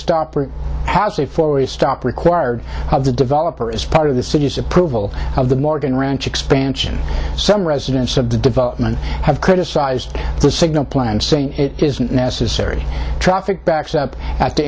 stop or has a four way stop required of the developer as part of the city's approval of the morgan ranch expansion some residents of the development have criticized the signal plan saying it isn't necessary traffic backs up at the